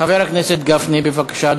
חבר הכנסת גפני, בבקשה,